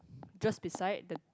just beside the